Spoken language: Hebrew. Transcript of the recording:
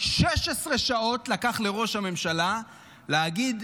16 שעות לקח לראש הממשלה להגיד,